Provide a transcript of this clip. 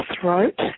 throat